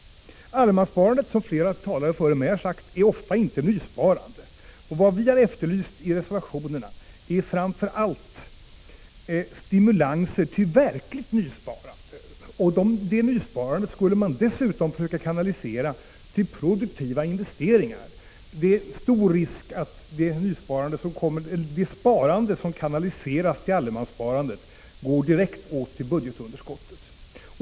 Allemanssparandet är, som flera talare före mig har sagt, ofta inget nysparande. Vad vi har efterlyst i reservationerna är framför allt stimulanser till verkligt nysparande. Det nysparandet borde man dessutom försöka kanalisera till produktiva investeringar. Det är stor risk att det sparande som kanaliseras till allemanssparandet går direkt åt till budgetunderskottet.